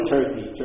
Turkey